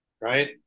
right